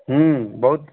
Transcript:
ହୁଁ ବହୁତ